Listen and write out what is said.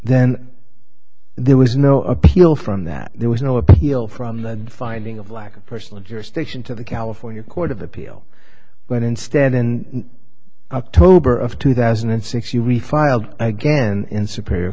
then there was no appeal from that there was no appeal from the finding of lack of personal jurisdiction to the california court of appeal but instead then october of two thousand and six you refile again in superior